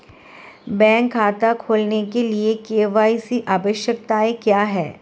Bank खाता खोलने के लिए के.वाई.सी आवश्यकताएं क्या हैं?